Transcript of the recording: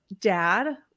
dad